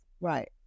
right